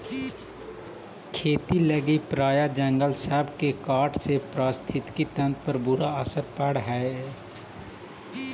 खेती लागी प्रायह जंगल सब के काटे से पारिस्थितिकी तंत्र पर बुरा असर पड़ हई